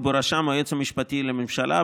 ובראשם היועץ המשפטי לממשלה,